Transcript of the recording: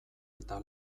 eta